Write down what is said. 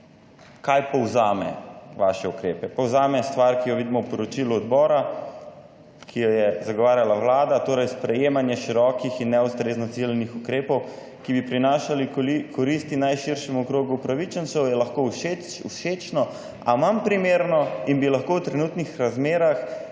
kaj povzame vaše ukrepe? Povzame stvar, ki jo vidimo v poročilu odbora, ki jo je zagovarjala Vlada, torej sprejemanje širokih in neustrezno ciljnih ukrepov, ki bi prinašali koristi najširšemu krogu upravičencev, je lahko všečno, a manj primerno in bi lahko v trenutnih razmerah